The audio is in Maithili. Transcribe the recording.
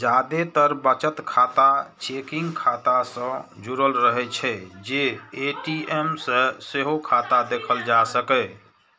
जादेतर बचत खाता चेकिंग खाता सं जुड़ रहै छै, तें ए.टी.एम सं सेहो खाता देखल जा सकैए